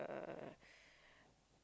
uh